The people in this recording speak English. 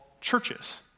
churches